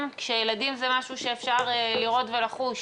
כשילדים זה משהו שאפשר לראות ולחוש?